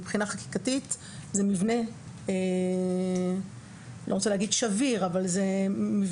מבחינה חקיקתית זה מבנה מאוד עדין,